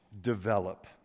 develop